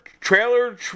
trailer